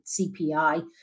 CPI